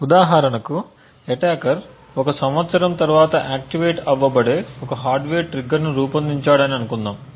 ఉదాహరణకు అటాకర్ ఒక సంవత్సరం తర్వాత ఆక్టివేట్ అవ్వబడే ఒక హార్డ్వేర్ ట్రిగ్గర్ను రూపొందించాడని అనుకుందాము